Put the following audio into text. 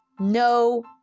No